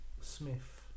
Smith